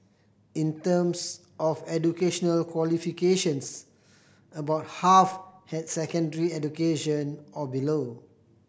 in terms of educational qualifications about half had secondary education or below